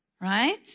right